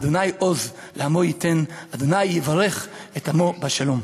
ה' עוז לעמו ייתן, ה' יברך את עמו בשלום.